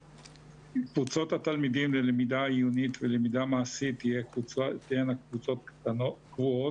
קבוצות התלמידים ללמידה עיונית ולמידה מעשית תהיינה קבוצות קבועות,